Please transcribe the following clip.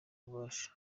ububasha